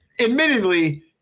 admittedly